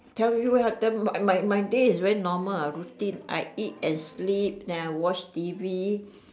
tell you had them my my day is very normal ah routine I eat and sleep then I watch T_V